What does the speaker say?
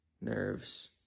nerves